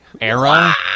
era